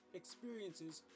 experiences